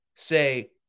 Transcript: say